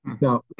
Now